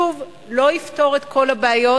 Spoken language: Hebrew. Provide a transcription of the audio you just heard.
שוב, הוא לא יפתור את כל הבעיות,